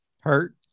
Hurt